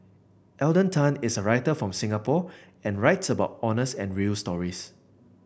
Alden Tan is a writer from Singapore and writes about honest and real stories